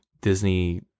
Disney